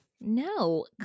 No